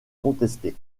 contestée